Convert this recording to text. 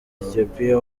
ethiopia